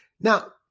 Now